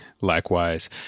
Likewise